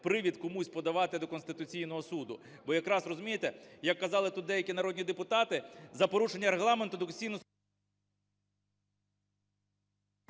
привід комусь подавати до Конституційного Суду, бо якраз, розумієте, як казали тут деякі народні депутати, за порушення Регламенту до Конституційного Суду...